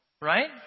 Right